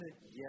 yes